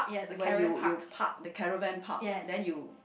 where you you park the caravan park then you